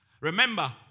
Remember